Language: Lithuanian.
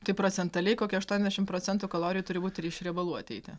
tai procentaliai kokie aštuoniasdešim procentų kalorijų turi būt ir iš riebalų ateiti